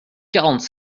quarante